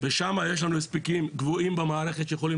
ושם יש לנו הספקים גבוהים במערכת שיכולים